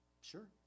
Sure